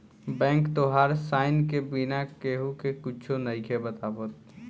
bank तोहार sign के बिना केहु के कुच्छो नइखे बतावत